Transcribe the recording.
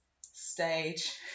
stage